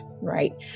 Right